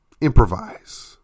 improvise